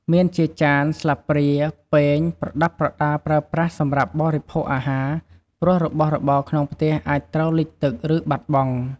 មានជាចាន ស្លាបព្រា ពែង ប្រដាប់ប្រដាប្រើប្រាស់សម្រាប់បរិភោគអាហារ ព្រោះរបស់របរក្នុងផ្ទះអាចត្រូវលិចទឹក ឬបាត់បង់។